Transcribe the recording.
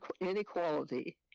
inequality